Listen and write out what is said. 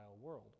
world